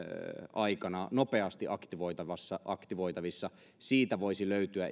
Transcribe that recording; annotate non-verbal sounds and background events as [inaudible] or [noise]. aikana nopeasti aktivoitavissa aktivoitavissa siitä voisi löytyä [unintelligible]